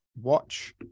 watch